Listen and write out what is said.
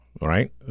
right